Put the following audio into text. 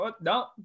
no